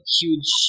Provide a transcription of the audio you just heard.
huge